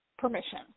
permission